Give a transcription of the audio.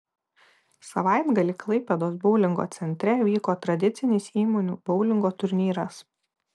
savaitgalį klaipėdos boulingo centre vyko tradicinis įmonių boulingo turnyras